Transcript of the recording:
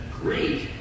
Great